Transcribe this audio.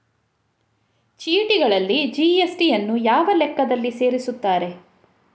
ಚೀಟಿಗಳಲ್ಲಿ ಜಿ.ಎಸ್.ಟಿ ಯನ್ನು ಯಾವ ಲೆಕ್ಕದಲ್ಲಿ ಸೇರಿಸುತ್ತಾರೆ?